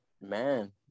man